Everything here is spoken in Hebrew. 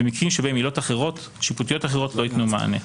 במקרים בהם עילות שיפוטיות אחרות לא יתנו מענה.